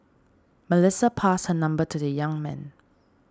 Melissa passed her number to the young man